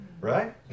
Right